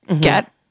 get